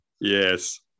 yes